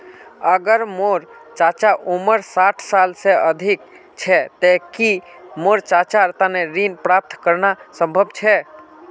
अगर मोर चाचा उम्र साठ साल से अधिक छे ते कि मोर चाचार तने ऋण प्राप्त करना संभव छे?